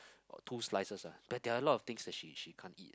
oh two slices ah but there are a lot of things that she she can't eat